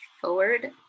forward